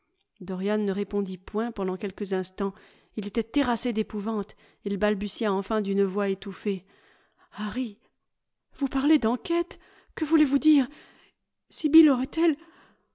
dorian ne répondit point pendant quelques instants il était terrassé d'épouvante il balbutia enfin d'une voix étouffée harry vous parlez d'enquête p que voulez-vous dire